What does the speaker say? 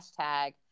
hashtag